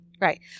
Right